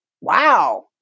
Wow